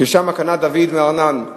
שדוד קנה מארנן.